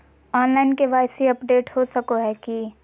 Online KYC update हो सको है की?